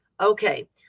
Okay